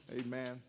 Amen